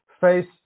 face